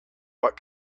what